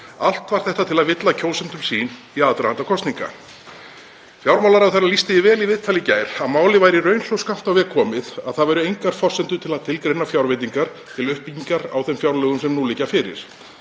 Allt var þetta til að villa kjósendum sýn í aðdraganda kosninga. Fjármálaráðherra lýsti því vel í viðtali í gær að málið væri í raun svo skammt á veg komið að það væru engar forsendur til að tilgreina fjárveitingar til uppbyggingar í því fjárlagafrumvarpi sem nú liggur fyrir